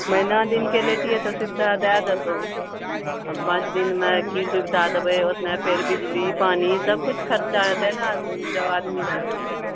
महीना दिनके लेतियै तऽ सुविधा दए दैतहुॅं आ पाँच दिनमे की सुविधा देबै ओतना फेर बिजली पानि सबकिछु खर्चा हेतै ने जब आदमी रहतै तऽ